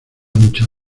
mucha